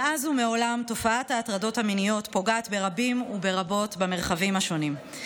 מאז ומעולם תופעת ההטרדות המיניות פוגעת ברבים וברבות במרחבים השונים.